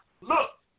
Look